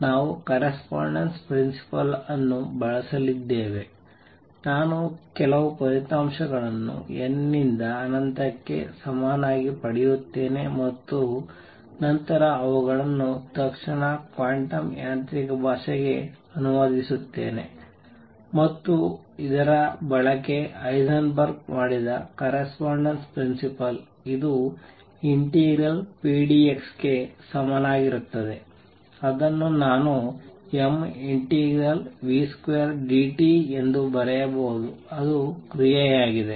ನಾವು correspondence principle ಅನ್ನು ಬಳಸಲಿದ್ದೇವೆ ನಾನು ಕೆಲವು ಫಲಿತಾಂಶಗಳನ್ನು n ನಿಂದ ಅನಂತಕ್ಕೆ ಸಮನಾಗಿ ಪಡೆಯುತ್ತೇನೆ ಮತ್ತು ನಂತರ ಅವುಗಳನ್ನು ತಕ್ಷಣ ಕ್ವಾಂಟಮ್ ಯಾಂತ್ರಿಕ ಭಾಷೆಗೆ ಅನುವಾದಿಸುತ್ತೇನೆ ಮತ್ತು ಅದು ಇದರ ಬಳಕೆ ಹೈಸೆನ್ಬರ್ಗ್ ಮಾಡಿದ ಕರಸ್ಪಾಂಡೆನ್ಸ್ ಪ್ರಿನ್ಸಿಪಲ್ ಇದು ∫pdx ಗೆ ಸಮನಾಗಿರುತ್ತದೆ ಅದನ್ನು ನಾನು m∫v2dt ಎಂದು ಬರೆಯಬಹುದು ಅದು ಕ್ರಿಯೆಯಾಗಿದೆ